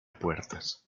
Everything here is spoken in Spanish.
puertas